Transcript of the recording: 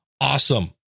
Awesome